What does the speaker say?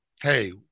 hey